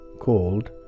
called